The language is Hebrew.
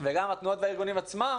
וגם התנועות והארגונים עצמם